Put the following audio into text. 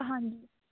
ਹਾਂਜੀ